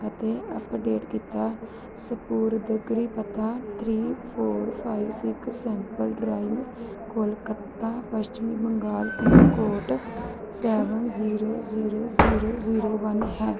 ਅਤੇ ਅੱਪਡੇਟ ਕੀਤਾ ਸਪੁਰਦਗੀ ਪਤਾ three four five six maple drive Kolkata ਪੱਛਮੀ Bengal pin code seven zero zero zero zero one ਹੈ